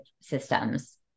systems